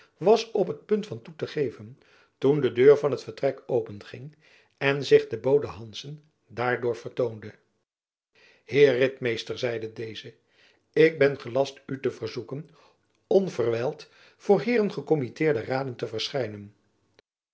was op het punt van toe te geven toen de deur van het vertrek openging en zich de bode hanszen daardoor vertoonde heer ritmeester zeide deze ik ben gelast u te verzoeken onverwijld voor heeren gekommitteerde raden te verschijnen